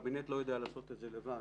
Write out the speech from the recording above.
הקבינט לא יודע לעשות את זה לבד,